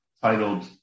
titled